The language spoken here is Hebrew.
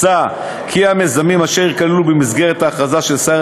מוצע כי המיזמים אשר ייכללו במסגרת ההכרזה של שר